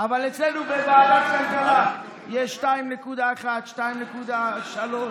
אבל אצלנו בוועדת הכלכלה יש 2.1, 2.3,